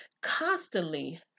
constantly